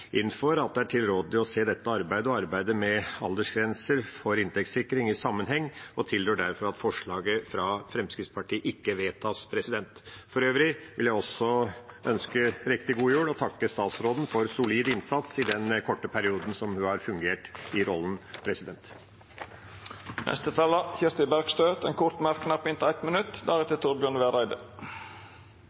inn for at det er tilrådelig å se dette arbeidet og arbeidet med aldersgrenser for inntektssikring i sammenheng, og tilrår derfor at forslaget fra Fremskrittspartiet ikke vedtas. For øvrig vil jeg også ønske riktig god jul og takke statsråden for solid innsats i den korte perioden som hun har fungert i rollen. Representanten Kirsti Bergstø har hatt ordet to gonger tidlegare og får ordet til ein kort merknad, avgrensa til 1 minutt.